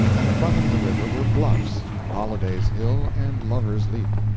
and abutting the river were bluffs holliday's hill and lover's leap.